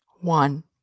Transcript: One